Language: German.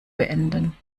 beenden